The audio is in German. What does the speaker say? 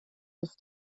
ist